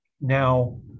Now